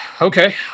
okay